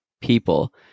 people